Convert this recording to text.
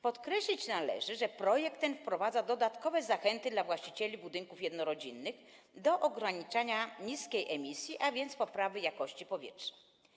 Podkreślić należy, że projekt ten wprowadza dodatkowe zachęty dla właścicieli budynków jednorodzinnych do ograniczania niskiej emisji, a więc poprawy jakości powietrza.